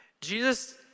Jesus